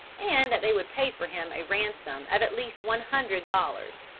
and that they would pay for him a ransom of at least one hundred dollars.